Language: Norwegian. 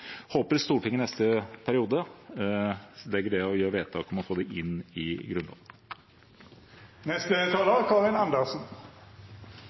håper Stortinget i neste periode gjør vedtak om å få det inn i